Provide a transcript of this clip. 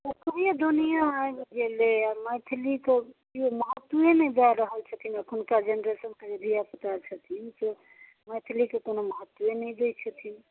ओकरे दुनिए आबि गेलै मैथिली तऽ केओ महत्वे नहि दए रहल छथिन एखुनका जेनरेशन कऽ जे धिआपुता छथिन से मैथिली कऽ कोनो महत्वे नहि दै छथिन